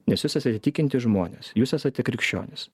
nes jūs esate tikintys žmonės jūs esate krikščionys